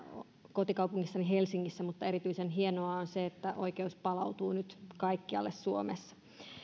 kotikaupungissani helsingissä mutta erityisen hienoa on se että oikeus palautuu nyt kaikkialle suomessa